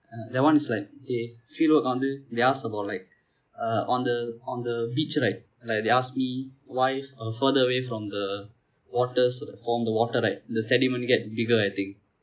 and that [one] is like they fieldwork வந்து:vandthu they ask about like uh on the on the beach right like they ask me why uh further away from the water from the water right the sediment get bigger I think